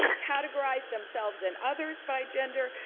categorize themselves and others by gender,